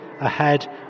ahead